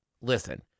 Listen